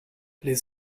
les